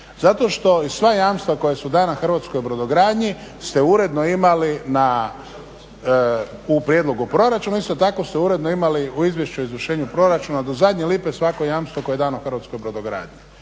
Zato što i sva jamstva koja su dana hrvatskoj brodogradnji ste uredno imali u prijedlogu proračuna, isto tako ste uredno imali u izvješću, izvršenju proračuna do zadnje lipe svako jamstvo koje je dano hrvatskoj brodogradnji.